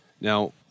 Now